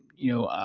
you know,